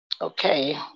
okay